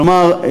כלומר,